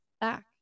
back